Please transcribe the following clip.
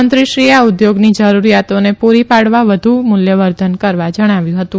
મંત્રીશ્રીએ આ ઉદ્યોગની જરૂરિયાતાને પૂરી પાડવા વધુ મૂલ્યવર્ધન કરવા જણાવ્યું હતું